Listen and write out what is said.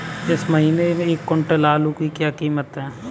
इस महीने एक क्विंटल आलू की क्या कीमत है?